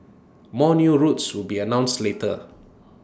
more new routes will be announced later